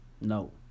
No